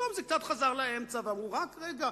פתאום זה קצת חזר לאמצע, ואמרו: רק רגע,